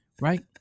Right